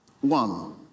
One